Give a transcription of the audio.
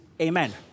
amen